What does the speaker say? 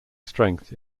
strength